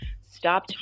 stop